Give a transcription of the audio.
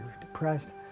depressed